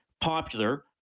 popular